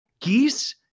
geese